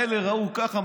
אלה ראו ככה,